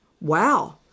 Wow